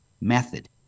method